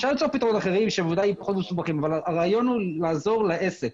אפשר למצוא פתרון אחר אבל הרעיון הוא לעזור לעסק